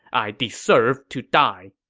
i deserve to die.